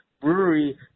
Brewery